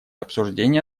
обсуждения